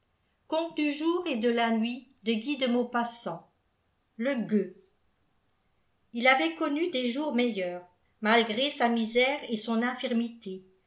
le gueux il avait connu des jours meilleurs malgré sa misère et son infirmité